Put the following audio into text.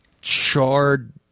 charred